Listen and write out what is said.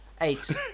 eight